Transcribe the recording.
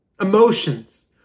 emotions